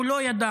הוא לא ידע